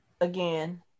again